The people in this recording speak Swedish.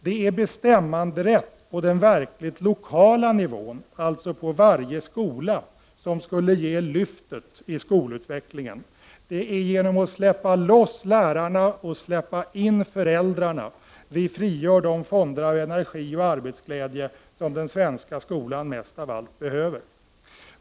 Det är bestämmanderätt på den verkligt lokala nivån, alltså på varje skola, som skulle ge lyftet i skolutvecklingen. Det är genom att släppa loss lärarna och släppa in föräldrarna som vi frigör de fonder av energi och arbetsglädje som den svenska skolan mest av allt behöver.